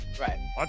Right